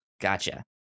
Gotcha